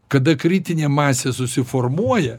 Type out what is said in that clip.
kada kritinė masė susiformuoja